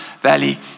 Valley